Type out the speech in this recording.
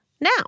now